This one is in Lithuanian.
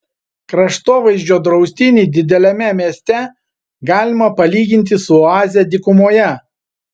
kraštovaizdžio draustinį dideliame mieste galima palyginti su oaze dykumoje